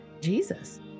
Jesus